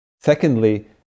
secondly